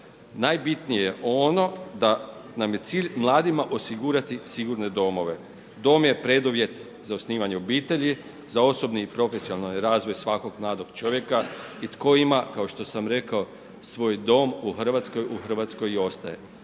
najbitnije je ono, da nam je cilj mladima osigurati sigurne domove. To vam je preduvjet za osnivanje obitelji, za osobni i profesionalni razvoj svakog mladog čovjeka i tko ima, kao što sam rekao svoj dom u Hrvatskoj, u